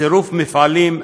צירוף מפעלים,